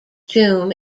tomb